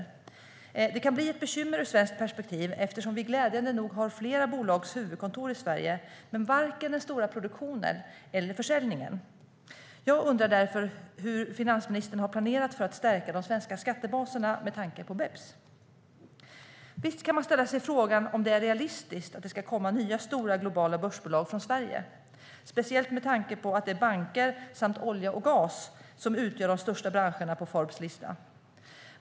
Detta kan bli ett bekymmer ur svenskt perspektiv eftersom vi glädjande nog har flera stora bolags huvudkontor i Sverige men varken den stora produktionen eller försäljningen. Jag undrar därför hur finansministern har planerat för att stärka de svenska skattebaserna med tanke på BEPS. Visst kan man ställa sig frågan om det är realistiskt att det ska komma nya stora, globala börsbolag från Sverige, speciellt med tanke på att det är banker samt olja och gas som utgör de största branscherna på Forbes lista.